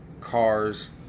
cars